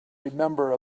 remember